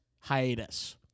hiatus